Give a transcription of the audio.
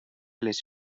les